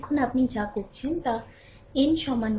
এখন আপনি যা করছেন তা n সমান 1 n 2 এর সমান